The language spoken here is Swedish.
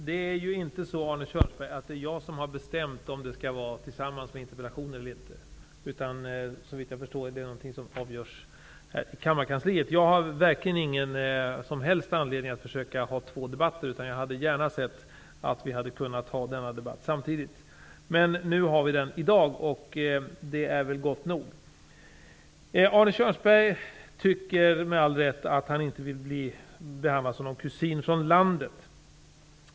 Herr talman! Det är inte jag, Arne Kjörnsberg, som bestämmer om frågesvar skall lämnas tillsammans med interpellationssvar, eller inte. Det avgörs, såvitt jag förstår, av kammarkansliet. Jag har verkligen ingen som helst anledning till att försöka få två debatter i ärendet, utan jag hade gärna sett att vi hade kunnat ha denna debatt samtidigt med interpellationsdebatten. Men nu har vi denna debatt i dag, och det är väl gott nog. Arne Kjörnsberg tycker med all rätt att han inte vill bli behandlad som någon kusin från landet.